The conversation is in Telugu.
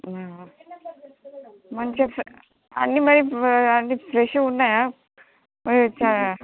మంచి అన్నీ మరి అన్నీ ఫ్రెష్గా ఉన్నాయా మరి